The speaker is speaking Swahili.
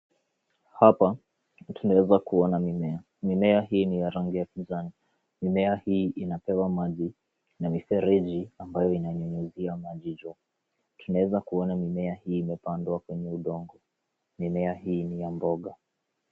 Hapa, tunaweza kuona mimea. Mimea hii ni ya rangi ya kijani. Mimea hii inapewa maji na mifereji ambayo inayonyunyuzia maji juu. Tunaweza kuona mimea hii imepandwa kwenye udongo. Mimea hii ni ya mboga.